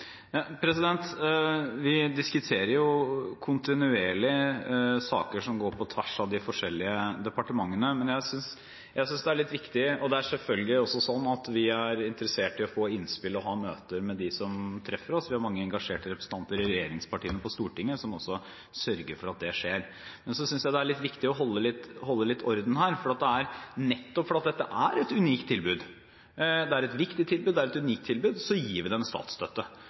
Vi diskuterer jo kontinuerlig saker som går på tvers av de forskjellige departementene, og det er selvfølgelig også slik at vi er interessert i å få innspill og ha møter med dem som treffer oss. Vi har mange engasjerte representanter i regjeringspartiene på Stortinget, som også sørger for at det skjer. Men så synes jeg det er viktig å holde litt orden her. Det er nettopp fordi dette er et viktig og unikt tilbud at vi gir dem statsstøtte. Det er kun landslinjene som får det, de får direkte støtte over statsbudsjettet. Det får ikke vanlige videregående skoler. Så